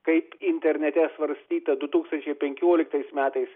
kaip internete svarstyta du tūkstančiai penkioliktais metais